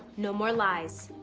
no more lies.